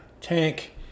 tank